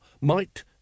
might—